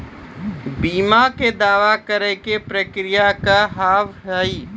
बीमा के दावा करे के प्रक्रिया का हाव हई?